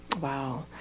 Wow